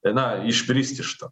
na išbrist iš to